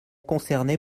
concernées